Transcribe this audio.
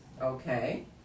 okay